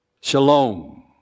Shalom